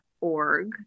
org